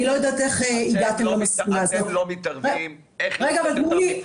אני לא יודעת איך הגעתם --- אתם לא מתערבים איך לעשות את המבחן,